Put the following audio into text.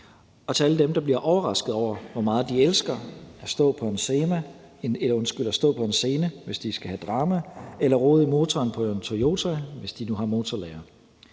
og til alle dem, der bliver overrasket over, hvor meget de elsker at stå på en scene, hvis de skal have drama, eller rode i motoren på en Toyota, hvis de nu har motorlære.